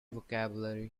vocabulary